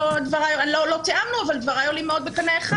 לא תיאמנו, אבל דבריי עולים מאוד בקנה אחד.